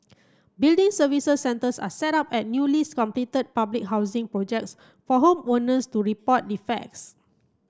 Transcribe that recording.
building services centres are set up at newly completed public housing projects for home owners to report defects